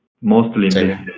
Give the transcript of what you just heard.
Mostly